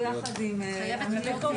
יושבת לצידי עמיתתי שרה אלישע,